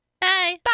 Bye